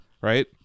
right